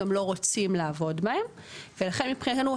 גם לא רוצים לעבוד בהם ולכן מבחינתנו,